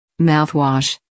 Mouthwash